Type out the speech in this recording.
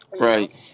Right